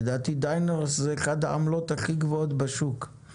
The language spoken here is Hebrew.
לדעתי "דיינרס" זה אחת העמלות הכי גבוהות בשוק,